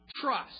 trust